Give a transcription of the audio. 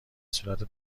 صورت